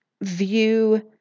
view